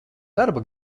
darbu